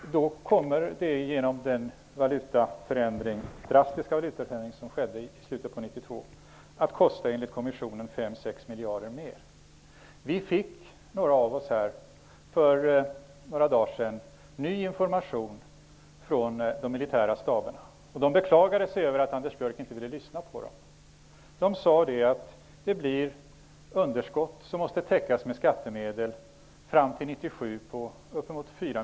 Enligt kommissionen kommer den drastiska valutaförändring som skedde i slutet av 1992 att innebära en merkostnad på 5--6 miljarder. Några av oss fick för några dagar sedan ny information från de militära staberna. De beklagade sig över att Anders Björck inte ville lyssna på dem och sade att det blir ett underskott på uppemot 4 miljarder, som måste täckas med skattemedel, fram till 1997.